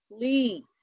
please